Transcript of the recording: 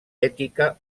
ètica